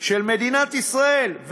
של מדינת ישראל,